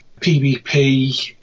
PVP